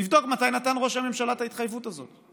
תבדוק מתי נתן ראש הממשלה את התחייבות הזאת.